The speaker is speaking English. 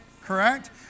Correct